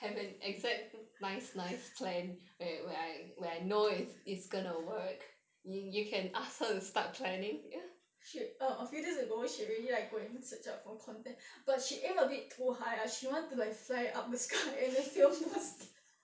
she err a few days ago she really like go and search up for content but she aim a bit too high ah she want to like fly up the sky and then film those